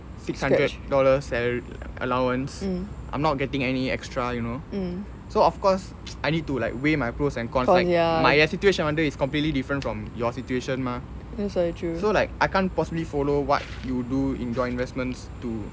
six hundred dollar salary allowance I'm not getting any extra you know so of course I need to like weigh my pros and con for like my என்:en situation வந்து:vanthu is completely different from your situation mah so like I can't possibly follow what you do in yout investments too